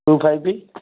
two five